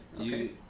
okay